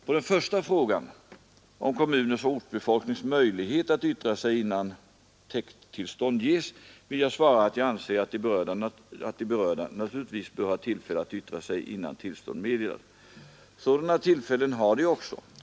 På den första frågan, om kommuners och ortsbefolknings möjlighet att yttra sig innan täkttillstånd ges, vill jag svara att jag anser att de berörda naturligtvis bör ha tillfälle att yttra sig innan tillstånd meddelas Sådana tillfällen har de också.